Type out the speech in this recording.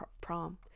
prom